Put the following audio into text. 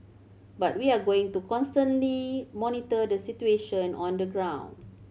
but we are going to constantly monitor the situation on the ground